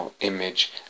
image